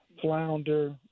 flounder